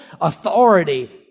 authority